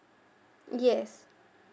yes